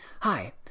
Hi